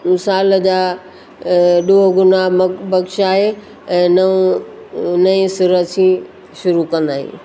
साल जा ॾोअ गुना बक बक्षाए ऐं नओं नए सिर असी शरू कंदा आहियूं